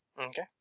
Okay